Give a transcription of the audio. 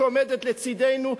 שעומדת לצדנו,